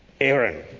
Aaron